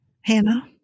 Hannah